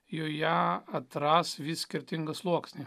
joje atras vis skirtingą sluoksnį